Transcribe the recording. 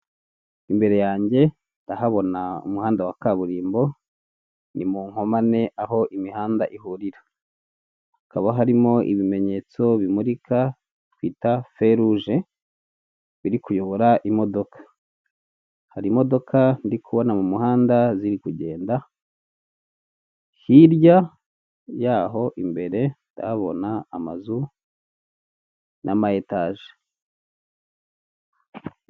Imbere yange ndahabona umuhanda wa kaburimbo, ni mu nkomane aho imihanda ihurira, hakaba harimo ibimenyetso bimurika twita feruje biri kuyobora imodoka, hari imodoka ndikubona mu muhanda ziri kugenda, hirya yaho imbere ndabona amazu na ma etaje.